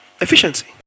efficiency